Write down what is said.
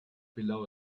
below